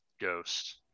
Ghost